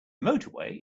motorway